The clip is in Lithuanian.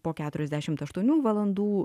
po keturiasdešimt aštuonių valandų